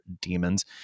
demons